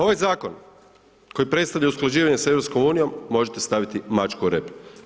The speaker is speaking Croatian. Ovaj zakon koji predstavlja usklađivanje sa EU možete staviti mačku o rep.